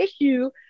issue